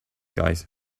guys